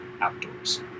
outdoors